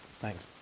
Thanks